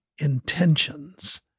intentions